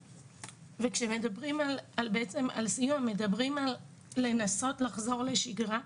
כשמדברים על סיוע מדברים על לנסות לחזור לשגרה,